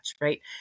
Right